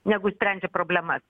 negu sprendžia problemas